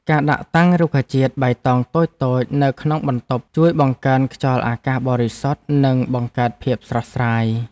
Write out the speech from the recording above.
ការដាក់តាំងរុក្ខជាតិបៃតងតូចៗនៅក្នុងបន្ទប់ជួយបង្កើនខ្យល់អាកាសបរិសុទ្ធនិងបង្កើតភាពស្រស់ស្រាយ។